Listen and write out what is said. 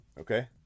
Okay